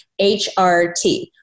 HRT